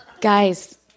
Guys